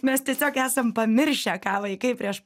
mes tiesiog esam pamiršę ką vaikai prieš